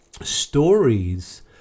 stories